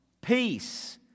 Peace